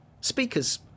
Speakers